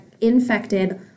infected